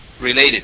related